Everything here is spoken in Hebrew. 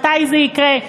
מתי זה יקרה,